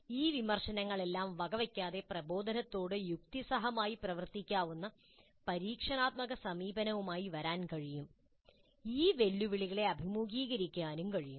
ഈ വിമർശനങ്ങളെല്ലാം വകവയ്ക്കാതെ പ്രബോധനത്തോട് യുക്തിസഹമായി പ്രവർത്തിക്കാവുന്ന പരീക്ഷണാത്മക സമീപനവുമായി വരാൻ കഴിയും ഈ വെല്ലുവിളികളെ അഭിമുഖീകരിക്കാനും കഴിയും